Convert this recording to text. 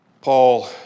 Paul